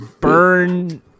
burn